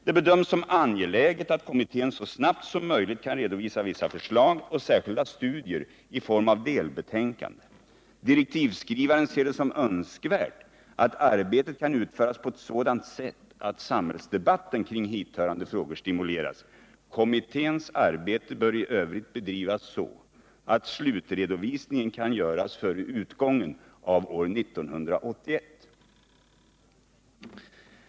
Det bedöms som angeläget att kommittén så snabbt som möjligt kan Naturvårdsfrågor redovisa vissa förslag och särskilda studier i form av delbetänkande. m.m. Direktivskrivaren ser det som önskvärt att arbetet kan utföras på ett sådant | sätt att samhällsdebatten kring hithörande frågor stimuleras. Kommitténs arbete bör i övrigt bedrivas så att slutredovisningen kan göras före utgången av år 1981.